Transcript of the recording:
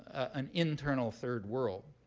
an internal third world.